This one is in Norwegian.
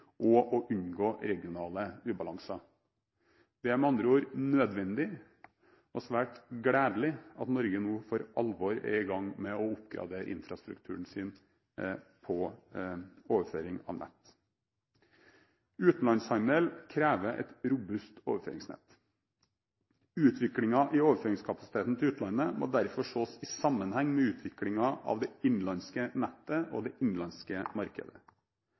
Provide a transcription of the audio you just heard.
og å unngå regionale ubalanser. Det er med andre ord nødvendig og svært gledelig at Norge nå for alvor er i gang med å oppgradere infrastrukturen når det gjelder overføring av nett. Utenlandshandel krever et robust overføringsnett. Utviklingen i overføringskapasiteten til utlandet må derfor ses i sammenheng med utviklingen av det innenlandske nettet og det innenlandske markedet.